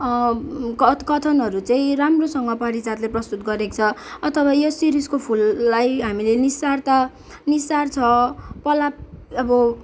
कथ् कथनहरू चाहिँ राम्रोसँग पारिजातले प्रस्तुत गरेको छ अथवा यो शिरीषको फुललाई हामीले निस्सारता निस्सार छ पलाप अब